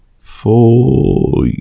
four